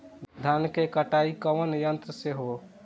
धान क कटाई कउना यंत्र से हो?